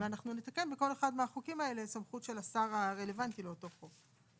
ואנחנו נתקן בכל אחד מהחוקים האלה את הסמכות שלה שר הרלוונטי לאותו חוק.